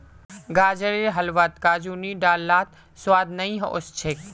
गाजरेर हलवात काजू नी डाल लात स्वाद नइ ओस छेक